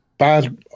bad